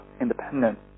Independent